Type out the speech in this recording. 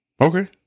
okay